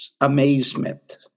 amazement